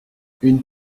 une